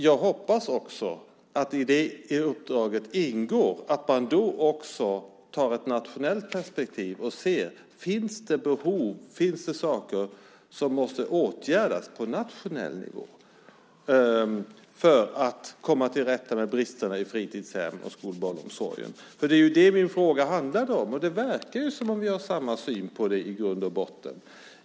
Jag hoppas också att i det uppdraget ingår att man också har ett nationellt perspektiv och ser om det finns saker som måste åtgärdas på nationell nivå för att komma till rätta med bristerna i fritidshemmen och skolbarnsomsorgen. Det är ju det min fråga handlade om. Det verkar som om vi har samma syn på det i grund och botten.